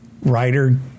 writer